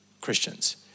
Christians